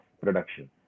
production